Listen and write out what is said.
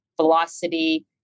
velocity